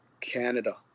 Canada